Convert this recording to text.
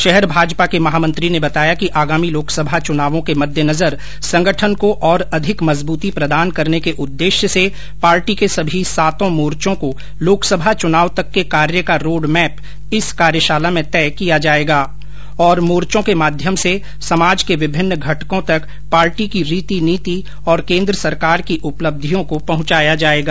शहर भाजपा के महामंत्री ने बताया कि आगामी लोकसभा चुनावों के मद्देनजर संगठन को और अधिक मजबूती प्रदान करने के उद्देश्य से पार्टी के सभी सातो मोर्चो को लोकसभा चुनाव तक के कार्य का रोड़मैप इस कार्यशाला मे तय किया जायेगा और मोर्चो के माध्यम से समाज के विभिन्न घटको तक पार्टी की रीति नीति और केन्द्र सरकार की उपलब्धियों को पहुंचाया जावेगा